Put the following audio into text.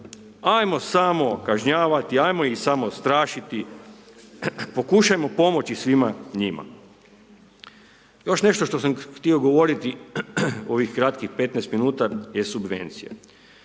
ajmo samo kažnjavati, ajmo ih samo strašiti, pokušajmo pomoći svima njima. Još nešto što sam htio govoriti u ovih kratkih 15 minuta je subvencija.